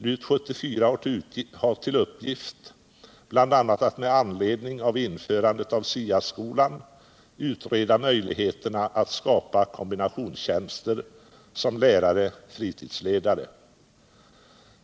LUT 74 har till uppgift bl.a. att med anledning av införandet av SIA-skolan utreda möjligheterna att skapa kombinationstjänster som lärare/fritidsledare.